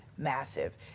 massive